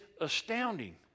astounding